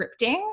scripting